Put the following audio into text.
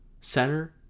center